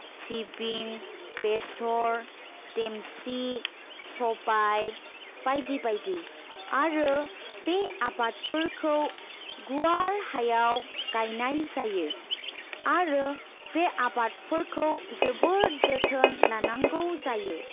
सिबिं बेसर देमसि सबाइ बायदि बायदि आरो बे आबादफोरखौ गुवार हायाव गायनाय जायो आरो बे आबादफोरखौ जोबोर जोथोन लानांगौ जायो